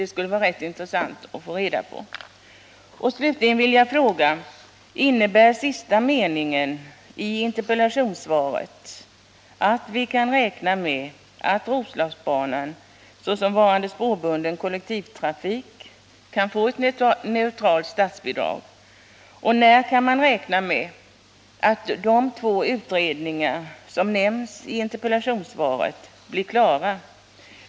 Det skulle vara intressant att få reda på att vi kan räkna med att Roslagsbanan, m varande spårbunden kollektivtrafik, kan få ett neutralt statsbidrag, och när kan man räkna med att de två utredningar som nämns i interpellationssvaret blir klara?